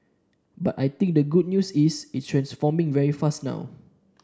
but I think the good news is it's transforming very fast now